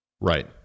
right